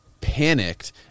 panicked